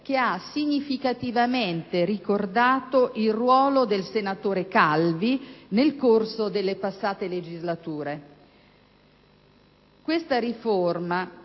che ha significativamente ricordato il ruolo del senatore Calvi nel corso delle passate legislature. Questa riforma